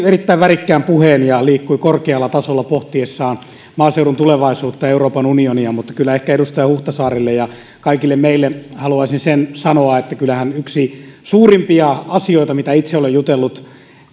erittäin värikkään puheen ja liikkui korkealla tasolla pohtiessaan maaseudun tulevaisuutta euroopan unionia mutta kyllä edustaja huhtasaarelle ja kaikille meille haluaisin sanoa että kyllähän yksi suurimpia asioita suurin ongelma kun itse olen jutellut